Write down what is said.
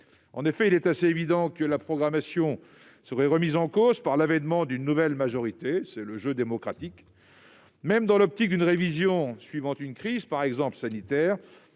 Il est assez évident que la programmation serait remise en cause par l'avènement d'une nouvelle majorité, car c'est le jeu démocratique. Même dans la perspective d'une révision à la suite d'une crise, par exemple sanitaire,